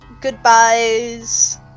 goodbyes